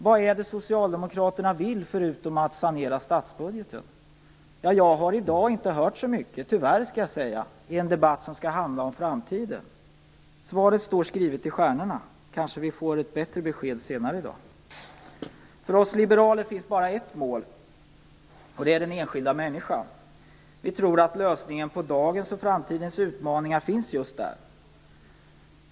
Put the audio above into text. Vad är det som socialdemokraterna vill förutom att sanera statsbudgeten? Tyvärr har jag i dag inte hört så mycket i den debatt som skall handla om framtiden. Svaret står skrivet i stjärnorna. Kanske får vi ett bättre besked senare. För oss liberaler finns bara ett mål, och det är den enskilda människan. Vi tror att lösningen på dagens och framtidens utmaningar finns just där.